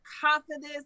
confidence